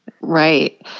Right